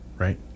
right